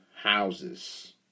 houses